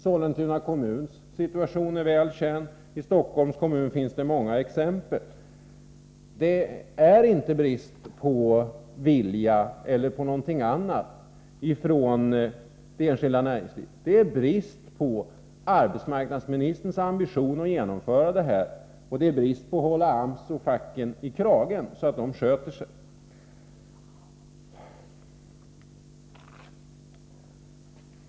Sollentuna kommuns situation är väl känd. I Stockholms kommun finns många exempel. Det är inte brist på vilja eller något annat från det enskilda näringslivet. Det är brist på ambitioner hos arbetsmarknadsministern att genomföra det hela och också när det gäller att hålla AMS och facket i kragen, så att de sköter sig.